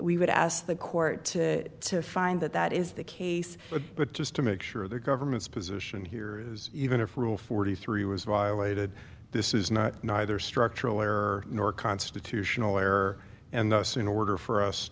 we would ask the court to to find that that is the case but just to make sure the government's position here is even if rule forty three was violated this is not neither structural error nor constitutional error and thus in order for us